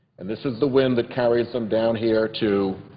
and this is the wind that carries them down here to,